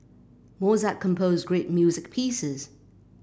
Mozart composed great music pieces